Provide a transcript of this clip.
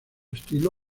estilo